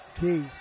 Key